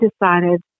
decided